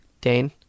Dane